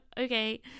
okay